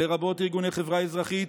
לרבות ארגוני חברה אזרחית,